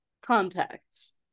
contacts